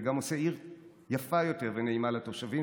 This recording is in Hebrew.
זה גם עושה עיר יפה יותר ונעימה לתושבים,